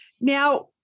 Now